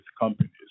companies